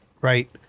right